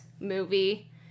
movie